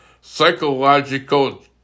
psychological